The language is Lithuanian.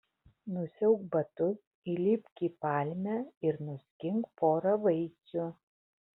nusiauk batus įlipk į palmę ir nuskink porą vaisių